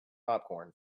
popcorn